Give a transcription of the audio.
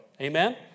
Amen